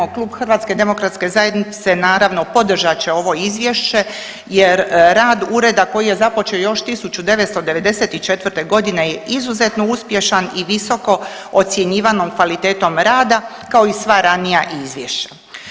Klub HDZ-a naravno podržat će ovo izvješće jer rad ureda koji je započeo još 1994.g. je izuzetno uspješan i visoko ocjenjivano kvalitetom rada kao i sva ranija izvješća.